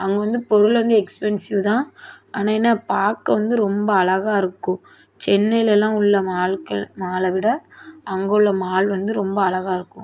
அங்கே வந்து பொருள் வந்து எக்ஸ்பென்ஸிவ் தான் ஆனால் என்ன பார்க்க வந்து ரொம்ப அழகா இருக்கும் சென்னையிலலாம் உள்ள மால்கள் மாலை விட அங்கே உள்ள மால் வந்து ரொம்ப அழகா இருக்கும்